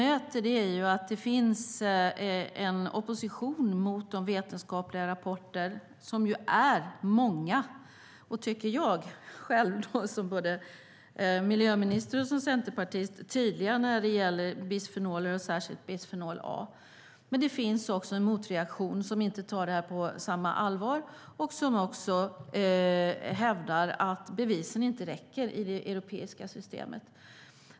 Det vi möter är att det finns en opposition mot de vetenskapliga rapporter som jag, både som miljöminister och som centerpartist, tycker är tydliga när det gäller bisfenoler, och särskilt bisfenol A. Men det finns också en motreaktion som inte tar detta på samma allvar och som också hävdar att bevisen inte räcker i det europeiska systemet.